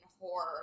horror